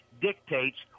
dictates